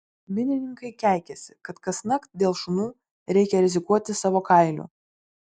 minininkai keikiasi kad kasnakt dėl šunų reikia rizikuoti savo kailiu